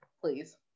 please